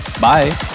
Bye